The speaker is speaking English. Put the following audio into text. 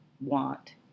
want